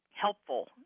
helpful